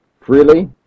freely